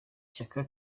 shyaka